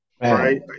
Right